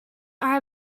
are